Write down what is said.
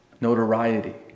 notoriety